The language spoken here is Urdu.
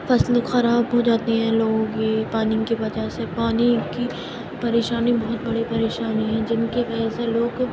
فصل خراب ہو جاتی ہے لوگوں کی پانی کی وجہ سے پانی کی پریشانی بہت بڑی پریشانی ہے جن کی وجہ سے لوگ